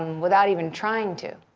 without even trying to,